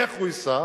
איך הוא ייסע,